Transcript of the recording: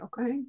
Okay